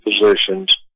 positions